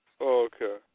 Okay